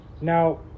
Now